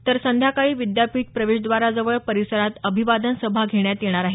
तर संध्याकाळी विद्यापीठ प्रवेशद्वार परिसरात अभिवादन सभा घेण्यात येणार आहेत